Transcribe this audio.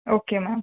okay ma'am